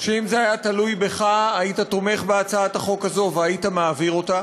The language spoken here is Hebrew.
שאילו זה היה תלוי בך היית תומך בהצעת החוק הזאת והיית מעביר אותה.